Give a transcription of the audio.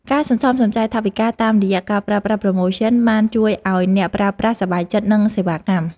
ការសន្សំសំចៃថវិកាតាមរយៈការប្រើប្រាស់ប្រូម៉ូសិនបានជួយឱ្យអ្នកប្រើប្រាស់សប្បាយចិត្តនឹងសេវាកម្ម។